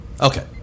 Okay